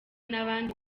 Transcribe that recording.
n’abandi